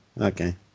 okay